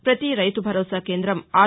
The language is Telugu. ప్రపతి రైతు భరోసా కేంద్రం ఆర్